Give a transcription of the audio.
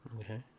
Okay